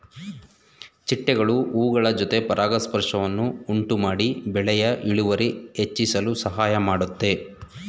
ಚಿಟ್ಟೆಗಳು ಹೂಗಳ ಜೊತೆ ಪರಾಗಸ್ಪರ್ಶವನ್ನು ಉಂಟುಮಾಡಿ ಬೆಳೆಯ ಇಳುವರಿ ಹೆಚ್ಚಿಸಲು ಸಹಾಯ ಮಾಡುತ್ತೆ